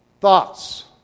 thoughts